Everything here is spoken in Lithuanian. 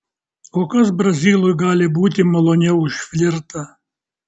o kas brazilui gali būti maloniau už flirtą